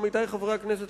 עמיתי חברי הכנסת,